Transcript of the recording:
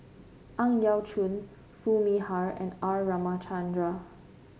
Ang Yau Choon Foo Mee Har and R Ramachandran